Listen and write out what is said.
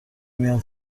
میام